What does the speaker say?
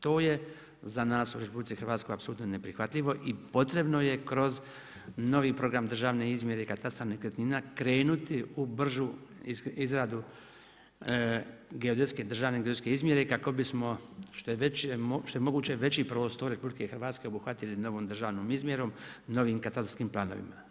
To je za nas u RH apsolutno neprihvatljivo i potrebno je kroz novi program državne izmjere i katastra nekretnina krenuti u bržu izradu državne geodetske izmjere kako bismo što je mogući veći prostor RH obuhvatili novom državnom izmjerom novim katastarskim planovima.